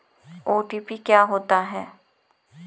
OTP क्या होता है?